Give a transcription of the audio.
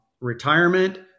retirement